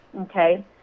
okay